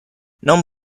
non